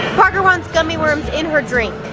parker wants gummi worms in her drink